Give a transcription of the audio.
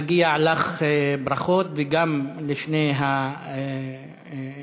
מגיעות לך ברכות, וגם לשני האדונים,